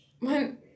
Man